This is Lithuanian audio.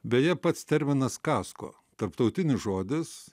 beje pats terminas kasko tarptautinis žodis